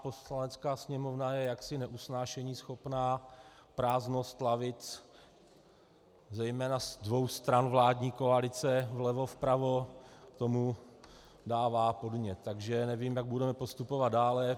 Poslanecká sněmovna je jaksi neusnášeníschopná, prázdnost lavic zejména ze dvou stran vládní koalice vlevo i vpravo k tomu dává podnět, takže nevím, jak budeme postupovat dále.